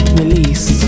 release